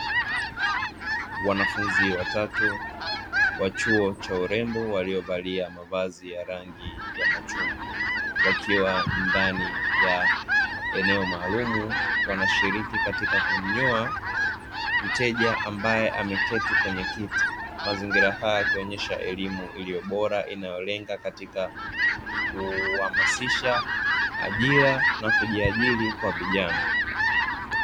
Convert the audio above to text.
Wanafunzi watatu wa chuo cha urembo waliovalia mavazi ya rangi ya machungwa; wakiwa ndani ya eneo maalumu, wanashiriki katika kumnyoa mteja ambaye ameketi kwenye kiti. Mazingira haya yakionyesha elimu iliyo bora inayolenga katika kuhamasisha ajira na kujiajiri kwa vijana.